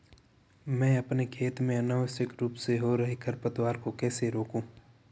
मैं अपने खेत में अनावश्यक रूप से हो रहे खरपतवार को कैसे रोकूं?